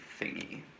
thingy